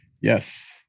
yes